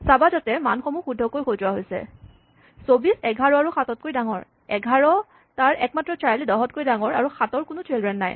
চাবা যাতে মানসমূহ শুদ্ধকৈ সজোৱা হৈছে ২৪ ১১ আৰু ৭ তকৈ ডাঙৰ ১১ তাৰ একমাত্ৰ চাইল্ড ১০ তকৈ ডাঙৰ আৰু ৭ ৰ কোনো চিল্ড্ৰেন নাই